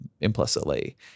implicitly